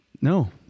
No